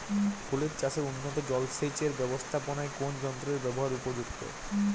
ফুলের চাষে উন্নত জলসেচ এর ব্যাবস্থাপনায় কোন যন্ত্রের ব্যবহার উপযুক্ত?